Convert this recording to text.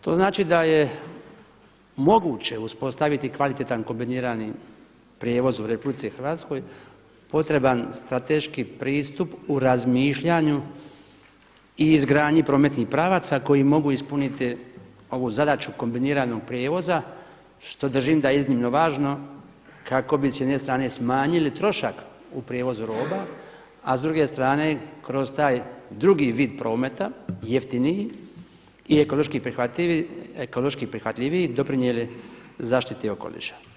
To znači da je moguće uspostaviti kvalitetan kombinirani prijevoz u Republici Hrvatskoj, potreban strateški pristup u razmišljanju i izgradnji prometnih pravaca koji mogu ispuniti ovu zadaću kombiniranog prijevoza što držim da je iznimno važno kako bi s jedne strane smanjili trošak u prijevozu roba, a s druge strane kroz taj drugi vid prometa, jeftiniji i ekološki prihvatljiviji doprinijeli zaštiti okoliša.